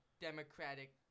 Democratic